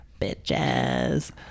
bitches